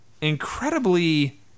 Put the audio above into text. incredibly